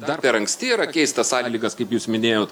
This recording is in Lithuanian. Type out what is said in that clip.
dar per anksti yra keist tas sąlygas kaip jūs minėjot